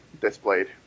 displayed